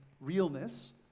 realness